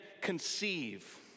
conceive